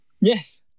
Yes